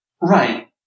Right